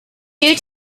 due